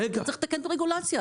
אתה צריך לתקן את הרגולציות.